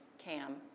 CAM